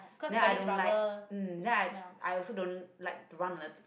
then I don't like mm then I also don't like to run on the